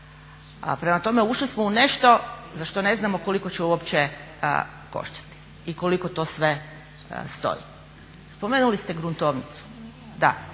a prema tome ušli smo u nešto za što ne znamo koliko će uopće koštati i koliko to sve stoji. Spomenuli ste gruntovnicu, da,